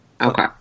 Okay